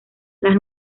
las